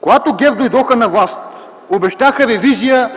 Когато ГЕРБ дойдоха на власт, обещаха ревизия